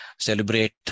celebrate